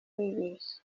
bibeshye